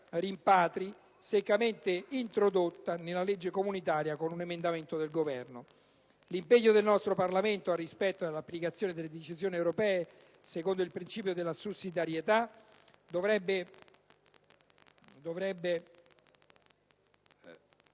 rimpatri, seccamente introdotta nella legge comunitaria con un emendamento del Governo. In proposito, richiamo qui l'impegno del nostro Parlamento al rispetto e all'applicazione delle decisioni europee secondo il principio della sussidiarietà. Vorrei